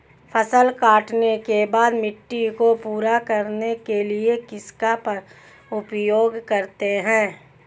फसल काटने के बाद मिट्टी को पूरा करने के लिए किसका उपयोग करते हैं?